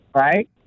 right